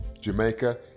Jamaica